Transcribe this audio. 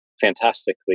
fantastically